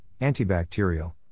antibacterial